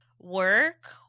work